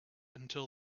until